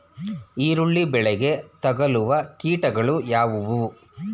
ಈರುಳ್ಳಿ ಬೆಳೆಗೆ ತಗಲುವ ಕೀಟಗಳು ಯಾವುವು?